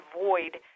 avoid